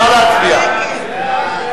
סעיף 42,